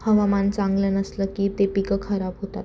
हवामान चांगलं नसलं की ते पिकं खराब होतात